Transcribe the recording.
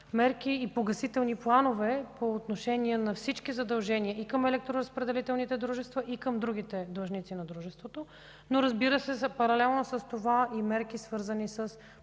мерки и погасителни планове по отношение на всички задължения – и към електроразпределителните дружества, и към другите длъжници на дружеството. Разбира се, паралелно с това и мерки, свързани с